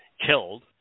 killed